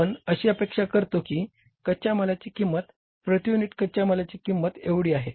आपण अशी अपेक्षा करता की कच्या मालाची किंमत प्रती युनिट कच्या मालाची किंमत एवढी आहे